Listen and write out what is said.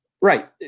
right